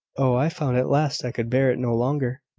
oh, i found at last i could bear it no longer,